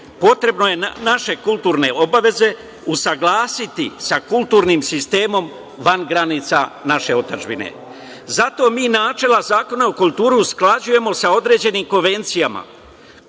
potrebno je naše kulturne obaveze usaglasiti sa kulturnim sistemom van granica naše otadžbine. Zato mi načela Zakona o kulturi usklađujemo sa određenim konvencijama,